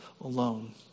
alone